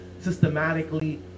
systematically